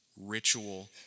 ritual